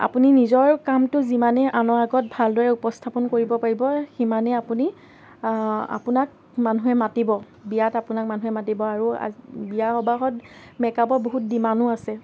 আপুনি নিজৰ কামটো যিমানেই আনৰ আগত ভালদৰে উপস্থাপন কৰিব পাৰিব সিমানেই আপুনি আপোনাক মানুহে মাতিব বিয়াত আপোনাক মানুহে মাতিব আৰু বিয়াৰ সবাসত মেকআপৰ বহুত ডিমাণ্ডো আছে